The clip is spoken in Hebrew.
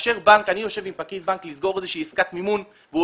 כאשר אני יושב עם פקיד בנק לסגור איזושהי עסקת מימון והוא